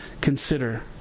consider